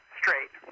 straight